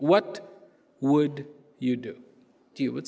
what would you do do you